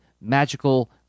magical